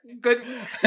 good